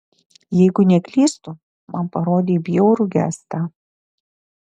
jeigu neklystu man parodei bjaurų gestą